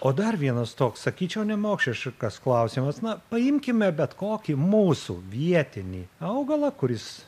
o dar vienas toks sakyčiau nemoksliškas klausimas na paimkime bet kokį mūsų vietinį augalą kuris